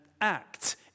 act